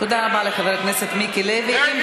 תודה רבה לחבר הכנסת מיקי לוי.